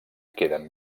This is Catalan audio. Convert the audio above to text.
queden